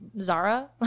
Zara